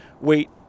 wait